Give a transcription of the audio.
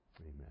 Amen